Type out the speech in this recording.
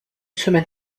semaine